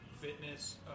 fitness